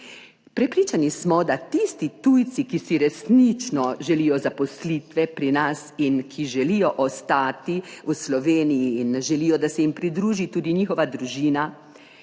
Prepričani smo, da tisti tujci, ki si resnično želijo zaposlitve pri nas in ki želijo ostati v Sloveniji in želijo, da se jim pridruži tudi njihova družina,